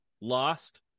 Lost